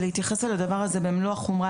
ולהתייחס אל הדבר הזה במלוא החומרה,